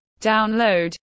download